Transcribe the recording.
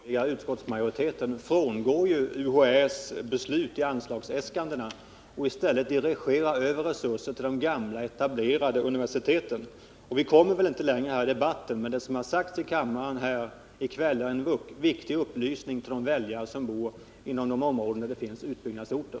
Herr talman! Regeringen och den borgerliga utskottsmajoriteten frångår juisina anslagsäskanden UHÄ:s beslut och dirigerar i stället över resurser till de gamla och etablerade universiteten. Vi kommer väl nu inte längre i denna debatt, men det som har sagts i kammaren här i kväll är ändå en viktig upplysning till de väljare som bor inom de områden där det finns utbyggnadsorter.